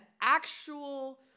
actual